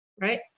Right